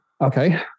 Okay